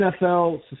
NFL